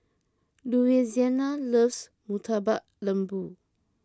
Louisiana loves Murtabak Lembu